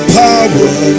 power